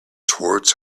towards